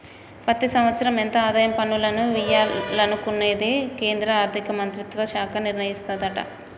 ప్రతి సంవత్సరం ఎంత ఆదాయ పన్నులను వియ్యాలనుకునేది కేంద్రా ఆర్థిక మంత్రిత్వ శాఖ నిర్ణయిస్తదట